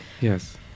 Yes